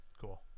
Cool